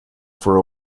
for